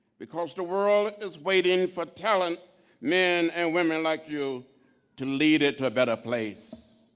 because the world is waiting for talented men and women like you to lead it to a better place.